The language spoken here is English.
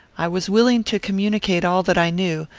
i was willing to communicate all that i knew,